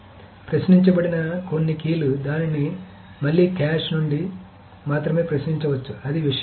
కాబట్టి ప్రశ్నించబడిన కొన్ని కీలు దానిని మళ్లీ క్యాష్ నుండి మాత్రమే ప్రశ్నించవచ్చు అది విషయం